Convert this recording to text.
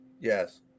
Yes